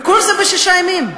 וכל זה בשישה ימים.